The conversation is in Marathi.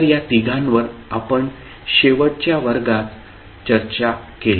तर या तिघांवर आपण शेवटच्या वर्गात चर्चा केली